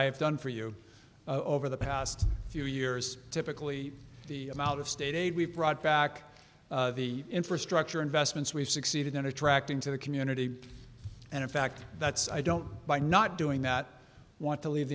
have done for you over the past few years typically the amount of state aid we've brought back the infrastructure investments we've succeeded in attracting to the community and in fact that's i don't by not doing that want to leave